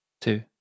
two